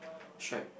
striped